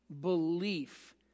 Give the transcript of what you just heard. belief